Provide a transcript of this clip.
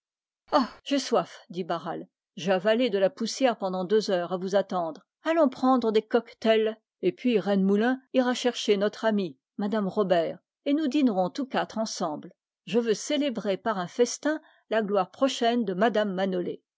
j'ai soif dit barral j'ai avalé de la poussière pendant deux heures à vous attendre allons prendre des cocktails et puis rennemoulin ira chercher notre amie mme robert et nous dînerons tous quatre ensemble je veux célébrer par un festin la gloire prochaine de mme manolé